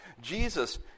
Jesus